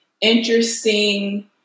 interesting